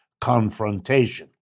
confrontation